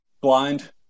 blind